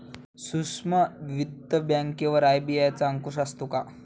सूक्ष्म वित्त बँकेवर आर.बी.आय चा अंकुश असतो का?